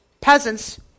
peasants